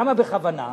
למה בכוונה?